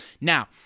Now